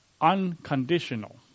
unconditional